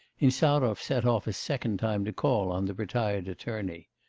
insarov set off a second time to call on the retired attorney.